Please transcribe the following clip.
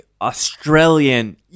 Australian